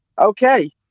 Okay